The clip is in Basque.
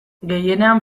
gehienean